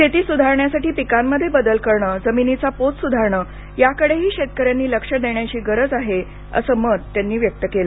शेती सुधारण्यासाठी पिकांमध्ये बदल करणं जमिनीचा पोत सुधारणं याकडेही शेतकऱ्यांनी लक्ष देण्याची गरज आहे असं मत त्यांनी व्यक्त केलं